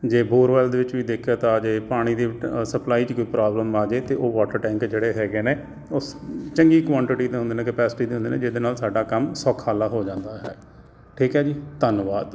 ਜੇ ਬੋਰਵੈਲ ਦੇ ਵਿੱਚ ਵੀ ਦਿੱਕਤ ਆ ਜੇ ਪਾਣੀ ਦੀ ਸਪਲਾਈ 'ਚ ਕੋਈ ਪ੍ਰੋਬਲਮ ਆ ਜੇ ਅਤੇ ਉਹ ਵਾਟਰ ਟੈਂਕ ਜਿਹੜੇ ਹੈਗੇ ਨੇ ਉਹ ਚੰਗੀ ਕੁਆਂਟਿਟੀ ਦੇ ਹੁੰਦੇ ਨੇ ਕੇਪੈਸਟੀ ਦੇ ਹੁੰਦੇ ਨੇ ਜਿਹਦੇ ਨਾਲ ਸਾਡਾ ਕੰਮ ਸੌਖਾਲਾ ਹੋ ਜਾਂਦਾ ਠੀਕ ਹੈ ਜੀ ਧੰਨਵਾਦ